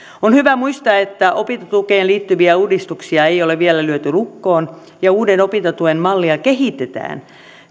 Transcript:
on hyvä muistaa että opintotukeen liittyviä uudistuksia ei ole vielä lyöty lukkoon ja uuden opintotuen mallia kehitetään